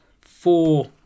four